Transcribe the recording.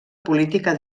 política